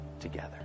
together